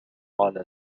على